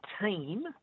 team